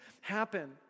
happen